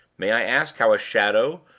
may i ask how a shadow,